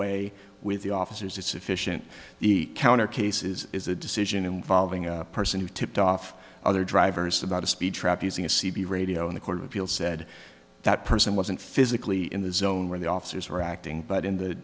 way with the officers is sufficient the counter cases is a decision involving a person who tipped off other drivers about a speed trap using a c b radio in the court of appeal said that person wasn't physically in the zone where the officers were acting but in the